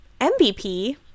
mvp